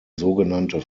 sogenannte